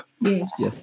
yes